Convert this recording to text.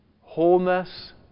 Wholeness